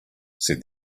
said